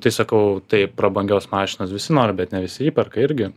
tai sakau tai prabangios mašinos visi nori bet ne visi įperka irgi